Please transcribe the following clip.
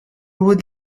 would